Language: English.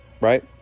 right